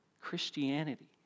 Christianity